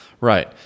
Right